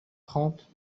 trente